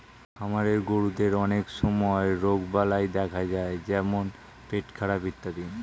খামারের গরুদের অনেক সময় রোগবালাই দেখা যায় যেমন পেটখারাপ ইত্যাদি